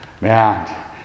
Man